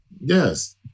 Yes